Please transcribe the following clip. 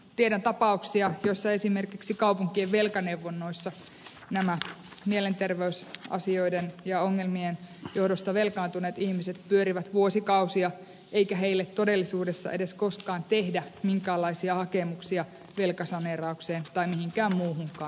tiedän tapauksia joissa esimerkiksi kaupunkien velkaneuvonnoissa nämä mielenter veysasioiden ja ongelmien johdosta velkaantuneet ihmiset pyörivät vuosikausia eikä heille todellisuudessa edes koskaan tehdä minkäänlaisia hakemuksia velkasaneeraukseen tai mihinkään muuhunkaan